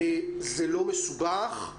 זה לא מסובך,